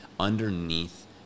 underneath